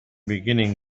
beginning